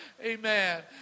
Amen